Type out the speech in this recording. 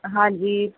ਹਾਂਜੀ